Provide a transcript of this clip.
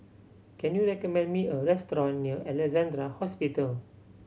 can you recommend me a restaurant near Alexandra Hospital